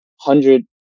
hundred